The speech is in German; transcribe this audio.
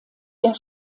der